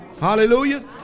Hallelujah